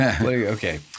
Okay